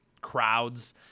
crowds